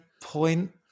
point